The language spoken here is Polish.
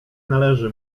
należy